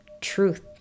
truth